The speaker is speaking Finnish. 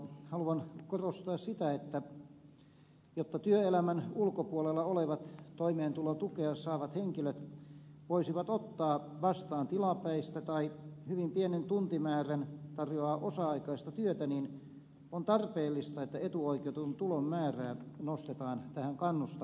haluan korostaa sitä että jotta työelämän ulkopuolella olevat toimeentulotukea saavat henkilöt voisivat ottaa vastaan tilapäistä tai hyvin pienen tuntimäärän tarjoavaa osa aikaista työtä niin on tarpeellista että etuoikeutetun tulon määrää nostetaan tähän kannustavaksi